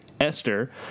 Esther